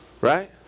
Right